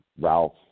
Ralph